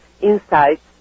insights